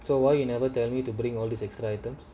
so why you never tell me to bring all this extra items